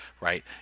right